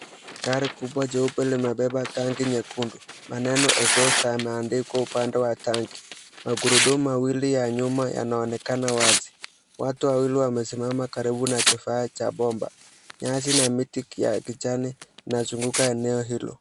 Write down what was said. Gari kubwa jeupe limebeba tangi nyekundu. Maneno Exhauster yameandikwa upande wa tangi. Magurudumu mawili ya nyuma yanaonekana wazi. Watu wawili wamesimama karibu na kifaa cha bomba. Nyasi na miti ya kijani inazunguka eneo hilo.